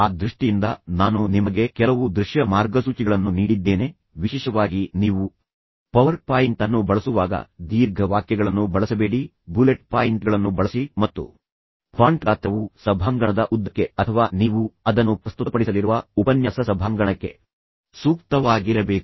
ಆ ದೃಷ್ಟಿಯಿಂದ ನಾನು ನಿಮಗೆ ಕೆಲವು ದೃಶ್ಯ ಮಾರ್ಗಸೂಚಿಗಳನ್ನು ನೀಡಿದ್ದೇನೆ ವಿಶೇಷವಾಗಿ ನೀವು ಪವರ್ ಪಾಯಿಂಟ್ ಅನ್ನು ಬಳಸುವಾಗ ದೀರ್ಘ ವಾಕ್ಯಗಳನ್ನು ಬಳಸಬೇಡಿ ಬುಲೆಟ್ ಪಾಯಿಂಟ್ಗಳನ್ನು ಬಳಸಿ ಮತ್ತು ಫಾಂಟ್ ಗಾತ್ರವು ಸಭಾಂಗಣದ ಉದ್ದಕ್ಕೆ ಅಥವಾ ನೀವು ಅದನ್ನು ಪ್ರಸ್ತುತಪಡಿಸಲಿರುವ ಉಪನ್ಯಾಸ ಸಭಾಂಗಣಕ್ಕೆ ಸೂಕ್ತವಾಗಿರಬೇಕು